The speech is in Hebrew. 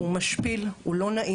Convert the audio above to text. הוא משפיל, הוא לא נעים.